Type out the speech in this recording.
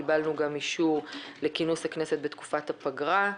קיבלנו גם אישור לכינוס הכנסת בתקופת הפגרה.